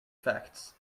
facts